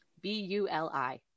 B-U-L-I